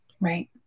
Right